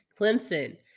Clemson